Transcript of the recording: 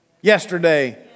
yesterday